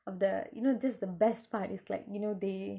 of the you know just the best part is like you know they